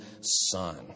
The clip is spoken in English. son